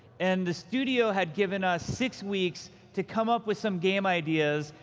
and the studio had given us six weeks to come up with some game ideas,